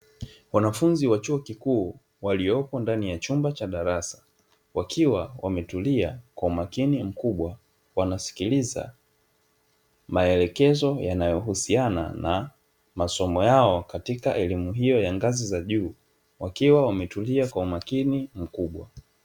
Wanafunzi wa chuo kikuu waliopo ndani ya chumba cha darasa, wakiwa wametulia kwa umakini mkubwa wanasikiliza maelekezo yanayohusiana na masomo yao katika elimu hiyo ya ngazi za juu, wakiwa wametulia kwa umakini mkubwa.